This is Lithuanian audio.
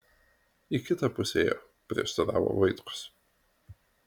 į kitą pusę ėjo prieštaravo vaitkus